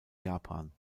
japan